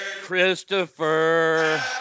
Christopher